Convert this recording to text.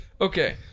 Okay